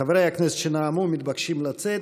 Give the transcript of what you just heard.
חברי הכנסת שנאמו מתבקשים לצאת.